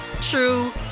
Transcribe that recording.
true